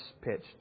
pitched